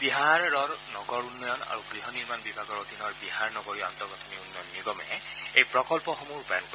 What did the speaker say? বিহাৰৰ নগৰ উন্নয়ন আৰু গৃহ নিৰ্মাণ বিভাগৰ অধীনৰ বিহাৰ নগৰীয় আন্তঃগাঁথনি উন্নয়ন নিগমে এই প্ৰকল্পসমূহ ৰূপায়ণ কৰিব